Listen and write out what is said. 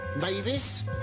Mavis